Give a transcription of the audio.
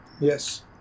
Yes